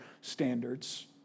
standards